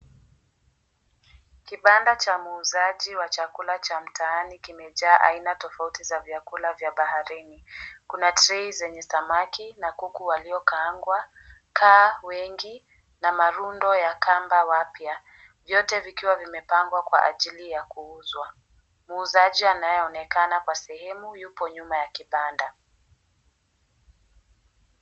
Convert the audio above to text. Kibanda cha muuzaji wa chakula cha mtaani kimejaa vyakula vya aina tofauti za baharini kuna trei zenye samaki na kuku waliokaangwa, kaa wengi na marundo ya kamba wapya, vyote vikiwa vimepangwa kwa ajili ya kuuzwa. Muuzaji anayeonekana kwa sehemu yupo nyuma ya kibanda.